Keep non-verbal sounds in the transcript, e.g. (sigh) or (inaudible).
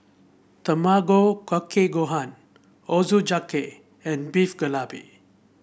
Tamago Kake Gohan Ochazuke and Beef (unintelligible)